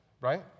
right